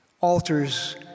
Altars